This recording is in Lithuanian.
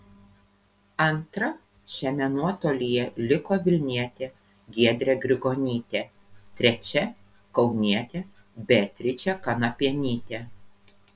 antra šiame nuotolyje liko vilnietė giedrė grigonytė trečia kaunietė beatričė kanapienytė